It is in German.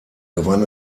gewann